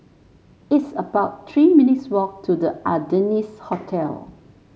it's about Three minutes' walk to The Ardennes Hotel